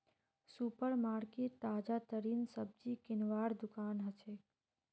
super market ताजातरीन सब्जी किनवार दुकान हछेक